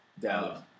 Dallas